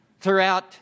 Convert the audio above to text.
throughout